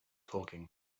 talking